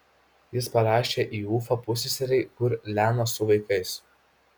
jis parašė į ufą pusseserei kur lena su vaikais